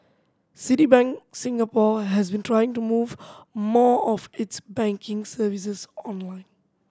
Citibank Singapore has been trying to move more of its banking services online